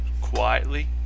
quietly